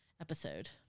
episode